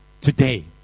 today